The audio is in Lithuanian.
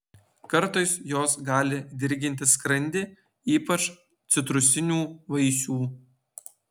kartais jos gali dirginti skrandį ypač citrusinių vaisių